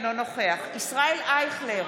אינו נוכח ישראל אייכלר,